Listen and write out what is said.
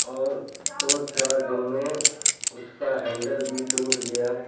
اور دو چار دِن میں اُس کا ہینڈل بھی ٹوٹ گیا